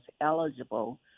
eligible